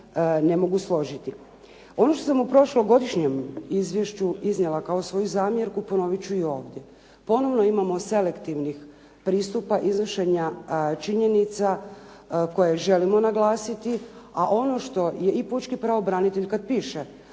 ne mogu složiti. Ono što sam u prošlogodišnjem izvješću iznijela kao svoju zamjerku, ponoviti ću i ovdje. Ponovno imamo selektivnih pristupa iznošenja činjenica koje želimo naglasiti, a ono što je i pučki pravobranitelj kad piše